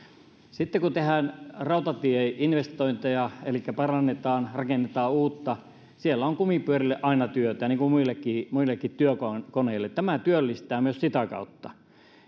sitten kun tehdään rautatieinvestointeja elikkä parannetaan rakennetaan uutta siellä on kumipyörille aina työtä niin kuin muillekin muillekin työkoneille tämä työllistää myös sitä kautta